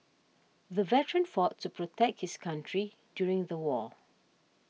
the veteran fought to protect his country during the war